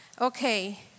okay